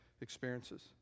experiences